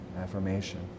affirmation